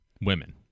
women